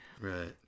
Right